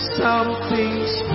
something's